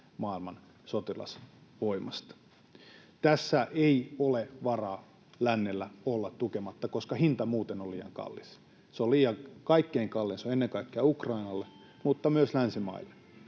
maailman sotilasvoimasta. Tässä ei ole varaa lännellä olla tukematta, koska hinta on muuten liian kallis. Kaikkein kallein se on ennen kaikkea Ukrainalle mutta myös länsimaille.